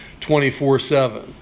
24-7